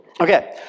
Okay